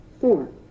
four